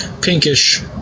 pinkish